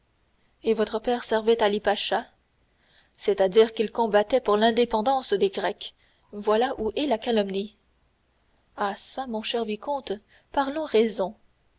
et votre père servait ali pacha c'est-à-dire qu'il combattait pour l'indépendance des grecs voilà où est la calomnie ah çà mon cher vicomte parlons raison